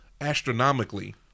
astronomically